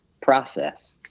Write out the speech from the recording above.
process